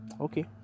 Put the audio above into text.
okay